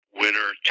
winner